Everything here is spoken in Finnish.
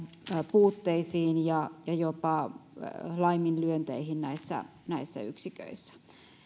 puutteisiin ja jopa laiminlyönteihin näissä näissä yksiköissä